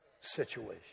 situation